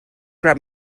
grab